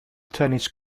tennis